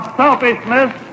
selfishness